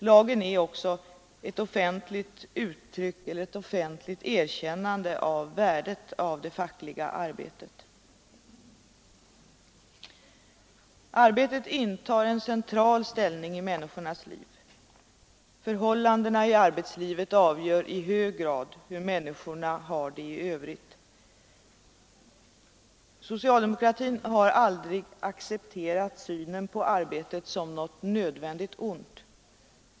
Lagen är också ett offentligt erkännande av värdet av det fackliga arbetet. Arbetet intar en central ställning i människornas liv. Förhållandena i arbetslivet avgör i hög grad hur människorna har det i övrigt. Socialdemokratin har aldrig accepterat synen på arbetet som något nödvändigt ont.